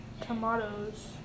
tomatoes